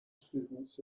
students